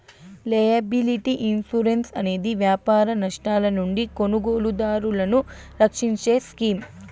liability insurance అనేది వ్యాపార నష్టాల నుండి కొనుగోలుదారులను రక్షించే స్కీమ్